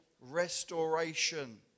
restoration